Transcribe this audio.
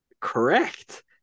correct